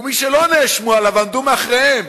ומי שלא נאשמו עליו ועמדו מאחוריהם,